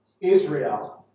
Israel